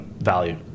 value